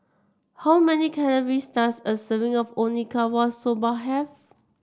how many calories does a serving of Okinawa Soba have